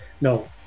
no